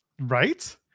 Right